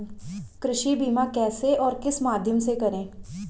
कृषि बीमा कैसे और किस माध्यम से करें?